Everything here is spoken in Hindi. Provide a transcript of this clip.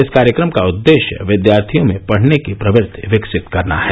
इस कार्यक्रम का उद्देश्य विद्यार्थियों में पढ़ने की प्रवृत्ति विकसित करना है